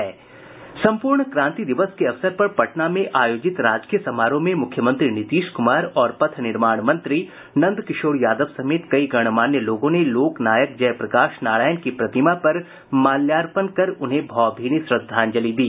सम्पूर्ण क्रांति दिवस के अवसर पर पटना में आयोजित राजकीय समारोह में मुख्यमंत्री नीतीश कुमार और पथ निर्माण मंत्री नंदकिशोर यादव समेत कई गणमान्य लोगों ने लोक नायक जय प्रकाश नारायण की प्रतिमा पर माल्यार्पण कर उन्हें भावभीनी श्रद्वांजलि दी